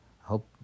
hope